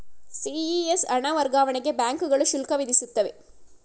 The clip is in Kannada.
ಸಿ.ಇ.ಎಸ್ ಹಣ ವರ್ಗಾವಣೆಗೆ ಬ್ಯಾಂಕುಗಳು ಶುಲ್ಕ ವಿಧಿಸುತ್ತವೆ